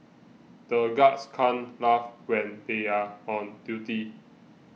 the guards can't laugh when they are on duty